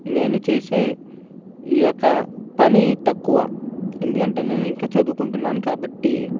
నేను చేసే ఈ యొక్క పని తక్కువ ఎందుకంటే నేను ఇంకా చదువుకుంటున్నాను కాబట్టి